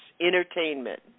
Entertainment